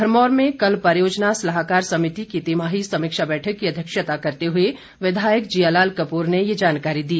भरमौर में कल परियोजना सलाहकार समिति की तिमाही समीक्षा बैठक की अध्यक्षता करते हुए विधायक जिया लाल कपूर ने ये जानकारी दी